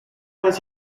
was